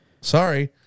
Sorry